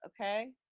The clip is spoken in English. Okay